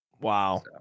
wow